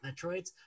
Metroids